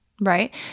right